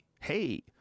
Hey